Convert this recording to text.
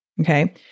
Okay